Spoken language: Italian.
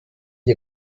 gli